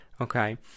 Okay